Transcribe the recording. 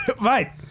Right